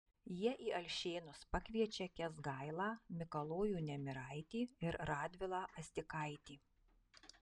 jie į alšėnus pakviečia kęsgailą mikalojų nemiraitį ir radvilą astikaitį